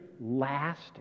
last